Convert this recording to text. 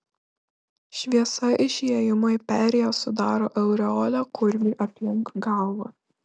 šviesa iš įėjimo į perėją sudaro aureolę kurmiui aplink galvą